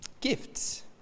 gifts